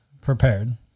prepared